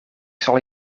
zal